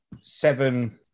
seven